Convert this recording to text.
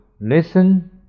listen